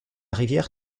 rivière